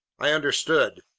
i understood.